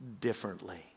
differently